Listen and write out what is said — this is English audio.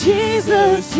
Jesus